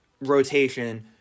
rotation